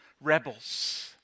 Rebels